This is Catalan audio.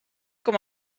com